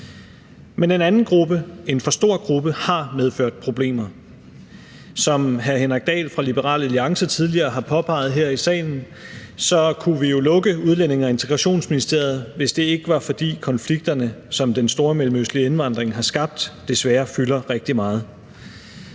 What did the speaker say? Men en anden gruppe, en for stor gruppe, har medført problemer. Som hr. Henrik Dahl fra Liberal Alliance tidligere har påpeget her i salen, kunne vi jo lukke Udlændinge- og Integrationsministeriet, hvis det ikke var, fordi konflikterne, som den stormellemøstlige indvandring har skabt, desværre fylder rigtig meget.